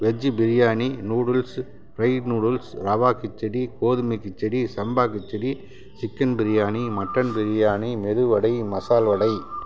veg biryani noodles fried noodles rava khichdi கோதுமை கிச்சடி சம்பா khichdi chicken biryani mutton biryani medu vada masal வடை